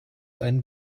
einen